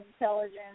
intelligence